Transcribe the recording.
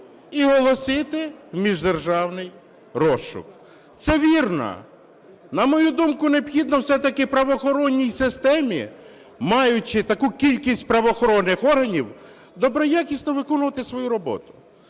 і оголосити в міждержавний розшук. Це вірно. На мою думку, необхідно все-таки правоохоронній системі, маючи таку кількість правоохоронних органів, доброякісно виконувати свою роботу.